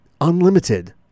unlimited